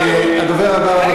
הדובר הבא,